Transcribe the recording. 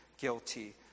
Guilty